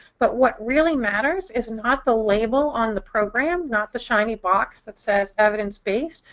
but what really matters is not the label on the program, not the shiny box that says evidence-based,